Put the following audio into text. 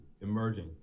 emerging